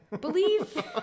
Believe